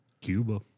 Cuba